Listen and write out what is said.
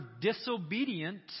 disobedient